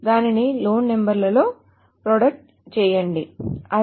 దానిని loan number లో project చేయండి అది